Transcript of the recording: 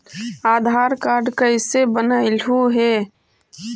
आधार card कईसे बनैलहु हे?